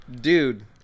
dude